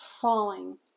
falling